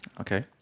Okay